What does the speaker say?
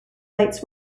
lights